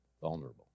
Vulnerable